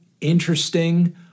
interesting